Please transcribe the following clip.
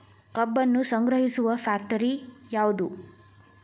ಕಬ್ಬನ್ನು ಸಂಗ್ರಹಿಸುವ ಫ್ಯಾಕ್ಟರಿ ಯಾವದು?